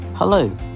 Hello